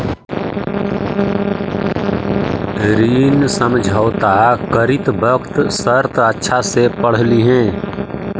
ऋण समझौता करित वक्त शर्त अच्छा से पढ़ लिहें